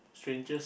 strangers